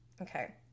Okay